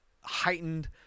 heightened